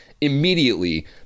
immediately